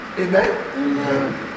Amen